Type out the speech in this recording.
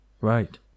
Right